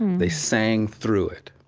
they sang through it,